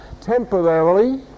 temporarily